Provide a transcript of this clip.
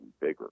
bigger